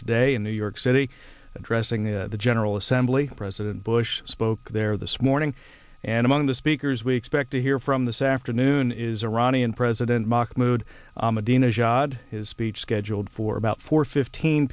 today in new york city addressing the general assembly president bush spoke there this morning and among the speakers we expect to hear from this afternoon is iranian president mahmoud ahmadinejad his speech scheduled for about four fifteen